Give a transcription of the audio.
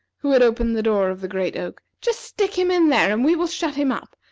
who had opened the door of the great oak, just stick him in there, and we will shut him up.